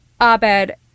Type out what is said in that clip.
abed